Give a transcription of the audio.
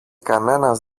κανένας